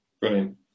Brilliant